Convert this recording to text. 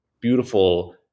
beautiful